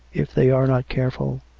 if they are not careful,